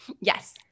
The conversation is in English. Yes